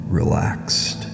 relaxed